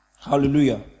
Hallelujah